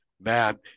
Man